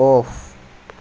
off